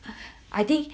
I think